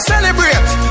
Celebrate